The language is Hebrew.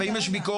ואם יש ביקורת,